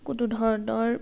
কোনো ধৰণৰ